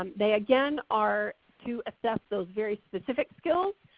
um they again are to assess those very specific skills.